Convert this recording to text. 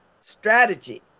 strategy